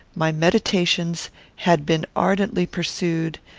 my meditations had been ardently pursued,